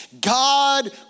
God